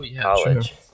college